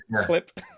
clip